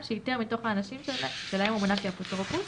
שאיתר מתוך האנשים שלהם הוא מונה כאפוטרופוס,